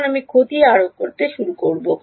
তখন আমি ক্ষতি আরোপ করতে শুরু করব